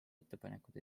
ettepanekuid